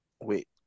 Wait